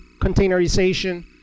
containerization